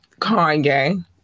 Kanye